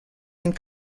and